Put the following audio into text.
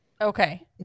Okay